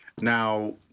now